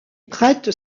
prête